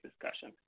discussion